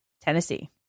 Tennessee